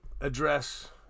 address